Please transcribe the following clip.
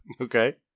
Okay